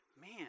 man